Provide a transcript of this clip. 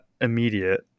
immediate